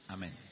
Amen